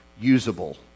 usable